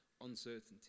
uncertainty